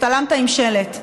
הצטלמת עם שלט.